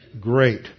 great